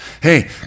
hey